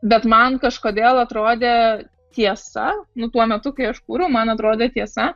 bet man kažkodėl atrodė tiesa nu tuo metu kai aš kūriau man atrodė tiesa